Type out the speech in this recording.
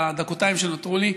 בדקותיים שנותרו לי,